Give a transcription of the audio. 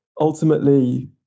ultimately